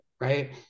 right